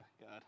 God